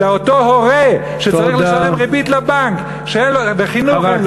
באותו הורה, שצריך לשלם ריבית לבנק וחינוך אין לו.